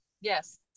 Yes